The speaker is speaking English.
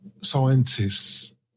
scientists